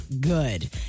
good